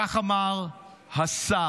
ככה אמר השר.